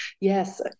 yes